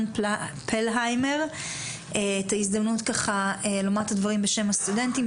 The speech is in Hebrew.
פלהיימר את ההזדמנות לומר את הדברים בשם הסטודנטים,